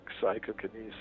psychokinesis